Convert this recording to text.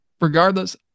regardless